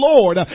Lord